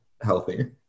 healthy